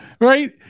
right